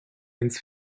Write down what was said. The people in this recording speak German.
ins